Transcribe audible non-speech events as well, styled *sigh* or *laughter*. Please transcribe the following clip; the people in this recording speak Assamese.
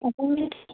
*unintelligible*